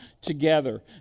together